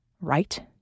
right